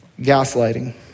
gaslighting